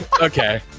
Okay